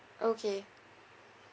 okay